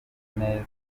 neza